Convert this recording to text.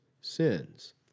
sins